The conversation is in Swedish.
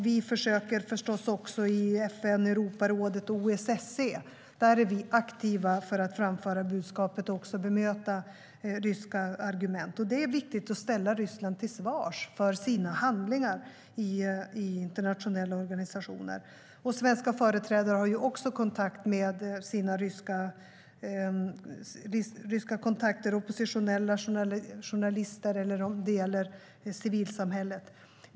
Vi försöker förstås också i FN, Europarådet och OSSE vara aktiva för att framföra budskapet och bemöta ryska argument. Det är viktigt att i internationella organisationer ställa Ryssland till svars för dess handlingar. Svenska företrädare har också kontakt med sina ryska kontakter, oppositionella, journalister eller civilsamhället.